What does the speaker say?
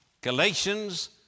Galatians